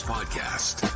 Podcast